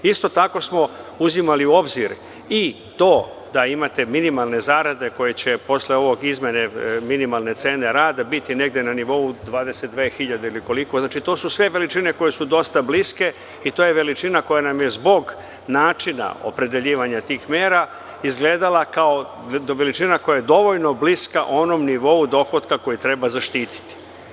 Isto tako samo uzimali u obzir i to da imate minimalne zarade koje će posle izmene minimalne cene rada biti negde na nivou 22 hiljade ili koliko, to su sve veličine koje su dosta bliske i to je veličina koja nam je zbog načina opredeljivanja tih mera izgledala kao veličina koja je dovoljno bliska onom nivou dohotka koji treba zaštiti.